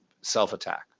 self-attack